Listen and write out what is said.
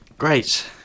Great